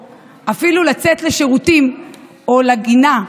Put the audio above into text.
אבל ברגע שהם מגיעים לגיל 21,